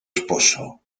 esposo